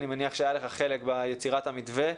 אני מניח שהיה לכך חלק ביצירת המתווה.